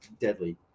deadly